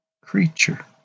creature